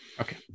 Okay